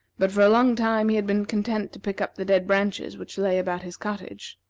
but for a long time he had been content to pick up the dead branches which lay about his cottage.